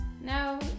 No